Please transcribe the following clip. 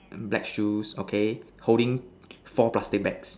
black shoes okay holding four plastic bags